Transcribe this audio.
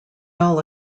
all